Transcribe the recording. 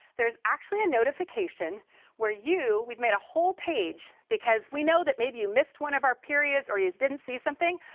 there's actually a notification where you we made a whole page, because we know maybe you missed one of our periods or you didn't see something.